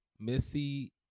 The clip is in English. Missy